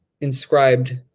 inscribed